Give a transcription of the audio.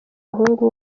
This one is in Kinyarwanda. muhungu